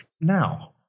now